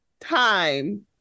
time